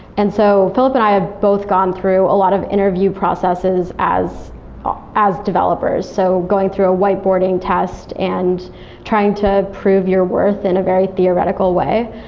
and so philip and i have both gone through a lot of interview processes as as developers, so going through a white-boarding test and trying to prove your worth in a very theoretical way.